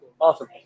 Awesome